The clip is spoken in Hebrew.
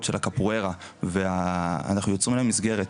של הקפוארה אנחנו יוצרים להם מסגרת,